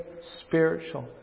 spiritual